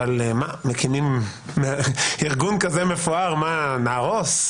אבל מקימים ארגון כזה מפואר, מה, נהרוס?